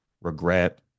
regret